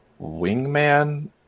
wingman